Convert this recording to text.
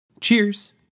Cheers